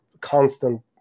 constant